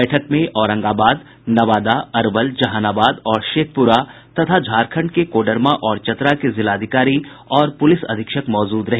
बैठक में औरंगाबाद नवादा अरवल जहानाबाद और शेखपुरा तथा झारखंड के कोडरमा और चतरा के जिलाधिकारी और पुलिस अधीक्षक मौजूद रहे